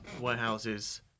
warehouses